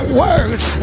words